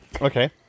Okay